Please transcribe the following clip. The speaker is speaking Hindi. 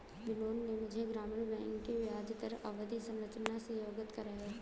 बिनोद ने मुझे ग्रामीण बैंक की ब्याजदर अवधि संरचना से अवगत कराया